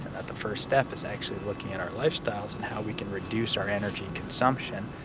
at the first step is actually looking at our lifestyles, how we can reduce our energy consumption.